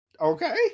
Okay